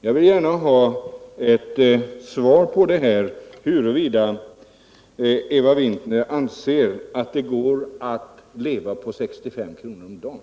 Jag vill gärna ha svar på frågan huruvida Eva Winther anser att det går att leva på 65 kr. om dagen.